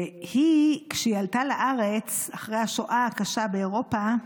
היא, כשהיא עלתה לארץ, אחרי השואה הקשה באירופה,